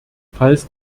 falls